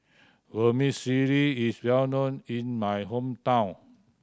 vermicelli is well known in my hometown